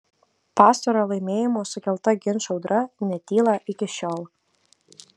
pastarojo laimėjimo sukelta ginčų audra netyla iki šiol